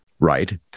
Right